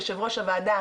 יושב-ראש הוועדה,